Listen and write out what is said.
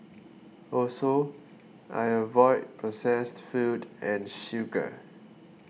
also I avoid processed food and sugar